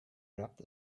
wrapped